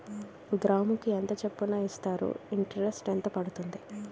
గ్రాముకి ఎంత చప్పున ఇస్తారు? ఇంటరెస్ట్ ఎంత పడుతుంది?